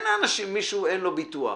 אם למישהו אין ביטוח,